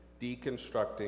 Deconstructing